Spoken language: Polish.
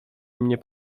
mnie